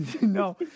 No